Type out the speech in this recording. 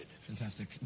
Fantastic